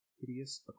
hideous